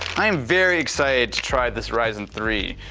i am very excited to try this ryzen three.